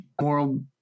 moral